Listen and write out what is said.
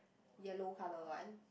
yellow colour one